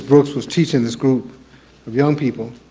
brooks was teaching this group of young people.